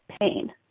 pain